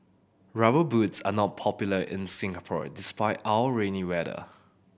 Rubber Boots are not popular in Singapore despite our rainy weather